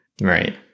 Right